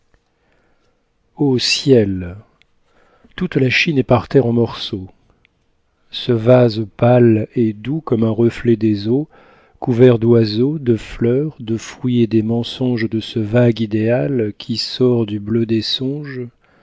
ô ciel toute la chine est par terre en morceaux ce vase pâle et doux comme un reflet des eaux couverts d'oiseaux de fleurs de fruits et des mensonges de ce vague idéal qui sort du bleu des songes